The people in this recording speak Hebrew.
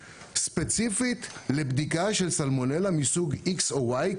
ספציפית לבדיקה של סלמונלה מסוג X או Y?